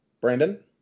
Brandon